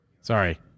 sorry